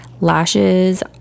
lashes